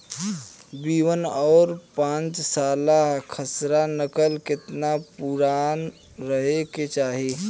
B one और पांचसाला खसरा नकल केतना पुरान रहे के चाहीं?